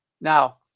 Now